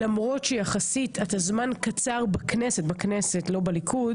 למרות שיחסית אתה זמן קצר בכנסת, אני חושבת